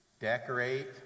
decorate